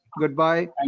Goodbye